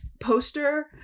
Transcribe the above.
poster